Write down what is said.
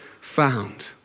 found